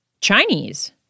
Chinese